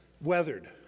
weathered